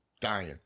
dying